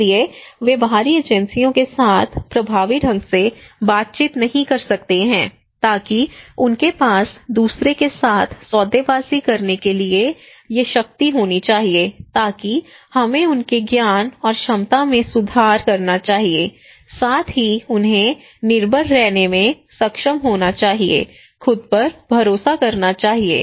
इसलिए वे बाहरी एजेंसियों के साथ प्रभावी ढंग से बातचीत नहीं कर सकते हैं ताकि उनके पास दूसरे के साथ सौदेबाजी करने के लिए ये शक्ति होनी चाहिए ताकि हमें उनके ज्ञान और क्षमता में सुधार करना चाहिए साथ ही उन्हें निर्भर रहने में सक्षम होना चाहिए खुद पर भरोसा करना चाहिए